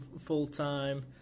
full-time